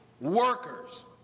workers